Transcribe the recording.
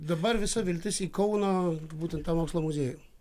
dabar visa viltis į kauno būtent tą mokslo muziejų